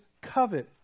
covet